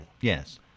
Yes